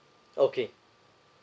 okay